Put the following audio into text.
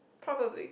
probably